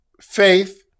Faith